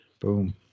boom